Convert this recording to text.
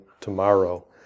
tomorrow